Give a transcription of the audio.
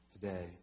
today